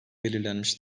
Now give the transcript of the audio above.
belirlenmiş